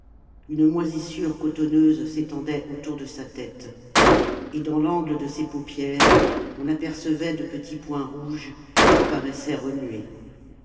une moisissure cotonneuse s'étendait autour de sa tête et dans l'angle de ses paupières on apercevait de petits points rouges qui paraissaient remuer